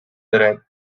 dret